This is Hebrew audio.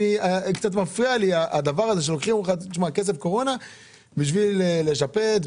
קצת מפריע לי שלוקחים כסף של קורונה בשביל לשפץ,